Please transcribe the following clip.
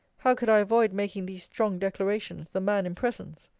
how could i avoid making these strong declarations, the man in presence?